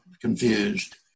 confused